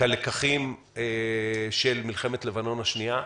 כלקחים של מלחמת לבנון השנייה.